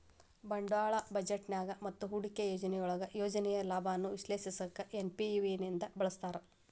ಬಂಡವಾಳ ಬಜೆಟ್ನ್ಯಾಗ ಮತ್ತ ಹೂಡಿಕೆ ಯೋಜನೆಯೊಳಗ ಯೋಜನೆಯ ಲಾಭಾನ ವಿಶ್ಲೇಷಿಸಕ ಎನ್.ಪಿ.ವಿ ನ ಬಳಸ್ತಾರ